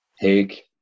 Take